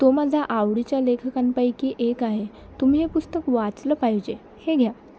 तो माझा आवडीच्या लेखकांपैकी एक आहे तुम्ही हे पुस्तक वाचलं पाहिजे हे घ्या